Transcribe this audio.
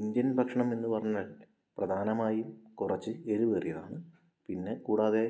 Indian ഭക്ഷണമെന്നു പറഞ്ഞാൽ പ്രധാനമായും കുറച്ചു എരിവേറിയതാണ് പിന്നെ കൂടാതെ